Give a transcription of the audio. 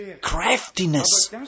craftiness